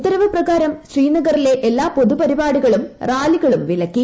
ഉത്തരവ് പ്രകാരം ശ്രീനഗറിലെ എല്ലാ പൊതു പരിപാടികളും റാലികളും വിലക്കി